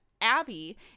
Abby